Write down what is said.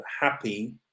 happy